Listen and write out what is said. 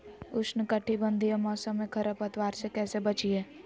उष्णकटिबंधीय मौसम में खरपतवार से कैसे बचिये?